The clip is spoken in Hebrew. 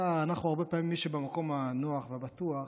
הרבה פעמים מי שבמקום הנוח והבטוח,